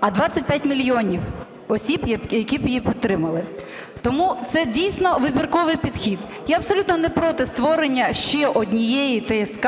а 25 мільйонів осіб, які б її підтримали. Тому це, дійсно, вибірковий підхід. Я абсолютно не проти створення ще однієї ТСК